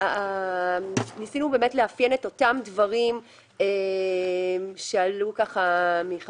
ניסינו לאפיין את אותם דברים שעלו מדברי